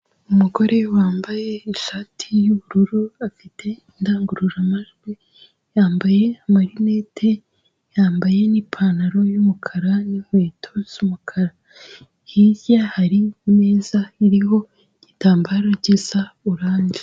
Umugore wambaye ishati y'ubururu afite indangururamajwi, yambaye marinete, yambaye n'ipantaro y'umukara n'inkweto z'umukara, hirya hari imeza iriho igitambaro gisa oranje.